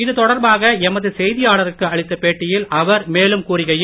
இதுதொடர்பாக எமது செய்தியாளருக்கு அளித்த பேட்டியில் அவர் மேலும் கூறுகையில்